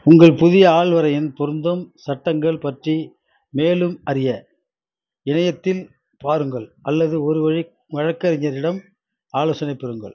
உங்கள் புதிய ஆள்வரையின் பொருந்தும் சட்டங்கள் பற்றி மேலும் அறிய இணையத்தில் பாருங்கள் அல்லது ஒரு வழி வழக்கறிஞரிடம் ஆலோசனை பெறுங்கள்